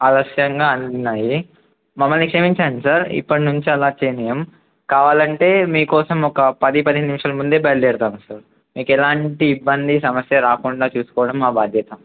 ఆలస్యంగా అందినాయి మమ్మల్ని క్షమించాం సార్ ఇప్పటినుంచి అలా చేయనియం కావాలంటే మీకోసం ఒక పది పదిేను నిమిషాల ముందే బయలుదేరతాం సార్ మీకు ఎలాంటి ఇబ్బంది సమస్య రాకుండా చూసుకోవడం మా బాధ్యత